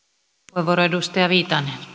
arvoisa rouva puhemies